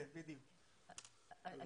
אני